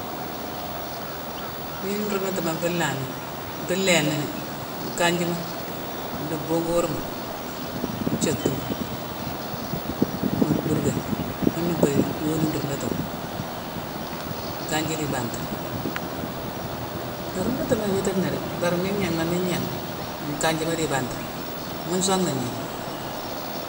Mine, nrundutuma nfu lanni ni, nfu léini ni: nkanjima, di bungu weurma, nthioctuma; mu bhurké, muna nfé yoni nrundutuma. Nkanji di ibanti. I rundutuma iwitine na dé, bari mine gnangh ma mine ngnéghni nkanjima di ibantima, mune song na ngnégh